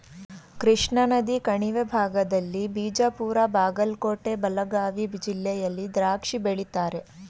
ಕೃಷ್ಣಾನದಿ ಕಣಿವೆ ಭಾಗದಲ್ಲಿ ಬಿಜಾಪುರ ಬಾಗಲಕೋಟೆ ಬೆಳಗಾವಿ ಜಿಲ್ಲೆಯಲ್ಲಿ ದ್ರಾಕ್ಷಿ ಬೆಳೀತಾರೆ